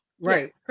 Right